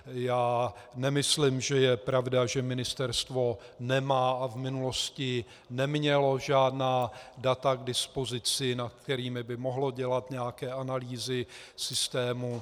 Já nemyslím, že je pravda, že ministerstvo nemá a v minulosti nemělo žádná data k dispozici, nad kterými by mohlo dělat nějaké analýzy systému.